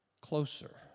closer